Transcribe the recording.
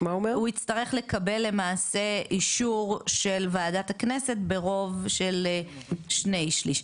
הוא יצטרך לקבל למעשה אישור של ועדת הכנסת ברוב של שני שליש,